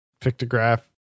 pictograph